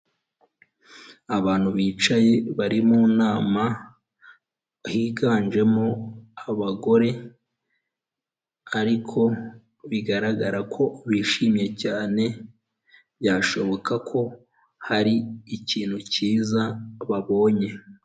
Abantu bicaye bari mu nama, higanjemo abagore ariko bigaragara ko bishimye cyane byashoboka ko hari ikintu cyiza babonye.